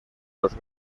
los